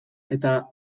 eta